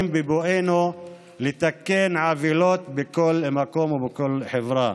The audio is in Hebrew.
בבואנו לתקן עוולות בכל מקום ובכל חברה.